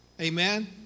amen